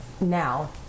Now